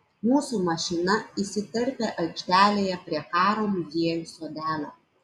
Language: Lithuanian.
mūsų mašina įsiterpia aikštelėje prie karo muziejaus sodelio